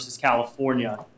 California